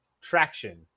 traction